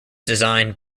designed